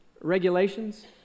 regulations